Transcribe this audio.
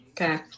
Okay